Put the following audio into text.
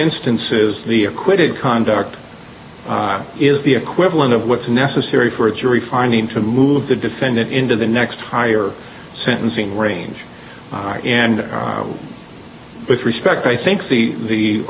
instances the acquitted conduct is the equivalent of what's necessary for a jury finding to move the defendant into the next higher sentencing range and with respect i think the the